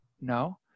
No